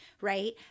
right